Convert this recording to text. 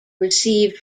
received